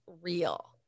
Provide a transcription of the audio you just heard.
real